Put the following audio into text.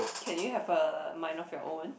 can you have a mind of your own